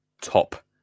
top